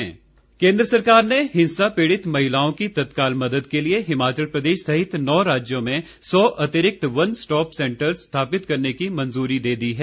one stop centres केंद्र सरकार ने हिंसा पीड़ित महिलाओं की तत्काल मदद के लिए हिमाचल प्रदेश सहित नौ राज्यों में सौ अतिरिक्त वन स्टॉप सेंटर्स स्थापित करने की मंजूरी दे दी है